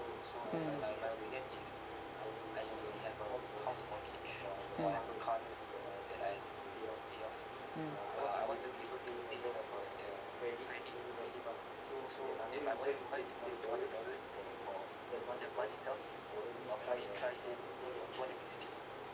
mm mm